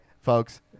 folks